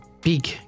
big